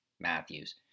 Matthews